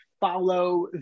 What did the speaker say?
follow